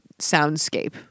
soundscape